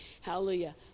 Hallelujah